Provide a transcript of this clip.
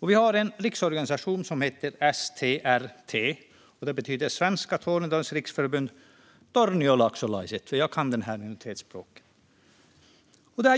Vi har en riksorganisation som heter STR-T, vilket står för Svenska Tornedalingars Riksförbund - Torniolaaksolaiset. Jag kan detta minoritetsspråk.